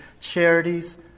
charities